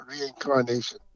reincarnation